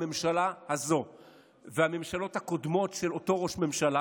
הממשלה הזו והממשלות הקודמות של אותו ראש ממשלה